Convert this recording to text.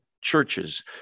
churches